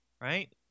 right